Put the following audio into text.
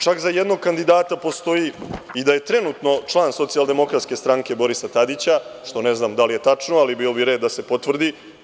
Čak za jednog kandidata postoji i da je trenutno član SDS Borisa Tadića, što ne znam da li je tačno, ali bio bi red da se potvrdi.